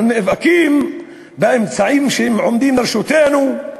אנחנו נאבקים באמצעים שעומדים לרשותנו בצורה לגיטימית,